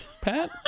Pat